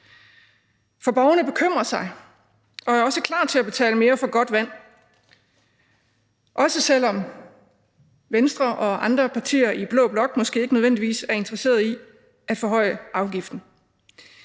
For borgerne bekymrer sig og er også klar til at betale mere for godt vand, også selv om Venstre og andre partier i blå blok måske ikke nødvendigvis er interesseret i at forhøje afgiften.